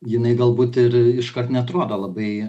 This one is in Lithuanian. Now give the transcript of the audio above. jinai galbūt ir iškart neatrodo labai